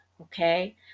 Okay